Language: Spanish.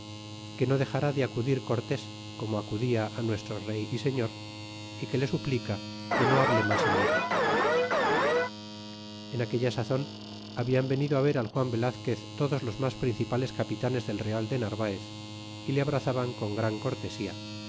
que no dexar de acudir cortés como acudia nuestro rey y señor y que le suplica que no hable mas en ello en aquella sazon habían venido á ver al juan velazquez todos los mas principales capitanes del real de narvaez y le abrazaban con gran cortesía